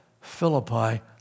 Philippi